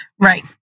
Right